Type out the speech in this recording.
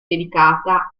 dedicata